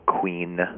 Queen